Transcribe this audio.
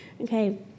Okay